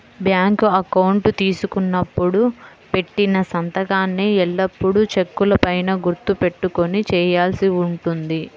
bank account తీసుకున్నప్పుడు పెట్టిన సంతకాన్నే ఎల్లప్పుడూ చెక్కుల పైన గుర్తు పెట్టుకొని చేయాల్సి ఉంటుంది